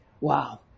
Wow